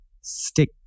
stick